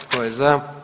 Tko je za?